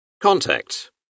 Contact